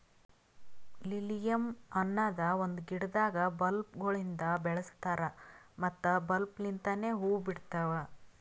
lilium ಅನದ್ ಒಂದು ಗಿಡದಾಗ್ ಬಲ್ಬ್ ಗೊಳಿಂದ್ ಬೆಳಸ್ತಾರ್ ಮತ್ತ ಬಲ್ಬ್ ಲಿಂತನೆ ಹೂವು ಬಿಡ್ತಾವ್